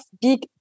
big